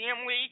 family